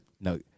No